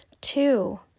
Two